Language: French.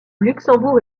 luxembourg